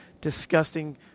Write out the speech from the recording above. disgusting